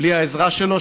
בלי העזרה שלו,